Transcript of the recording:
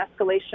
escalation